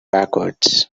backwards